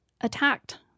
attacked